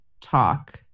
talk